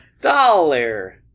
dollar